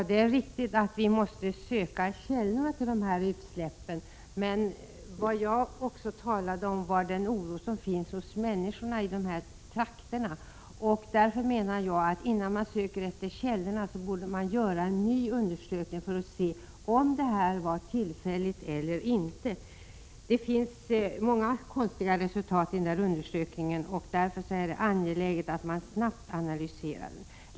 Herr talman! Det är riktigt att källorna till utsläppen måste sökas. Men jag talade också om oron hos människorna i dessa trakter. Innan källorna söks borde man därför göra en ny undersökning, för att se om detta utsläpp var tillfälligt eller inte. Den undersökning som gjorts gav många konstiga resultat, och därför är det angeläget att resultaten snabbt analyseras.